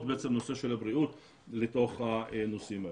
לנושא של הבריאות לתוך הנושאים האלה.